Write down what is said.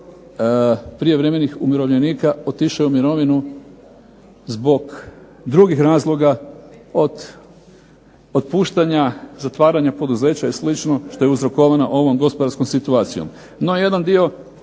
prijevremenih umirovljenika otišao je u mirovinu zbog drugih razloga od otpuštanja, zatvaranja poduzeća i slično što je uzrokovano ovom gospodarskom situacijom.